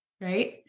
right